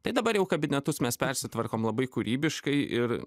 tai dabar jau kabinetus mes persitvarkom labai kūrybiškai ir